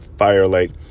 firelight